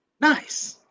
nice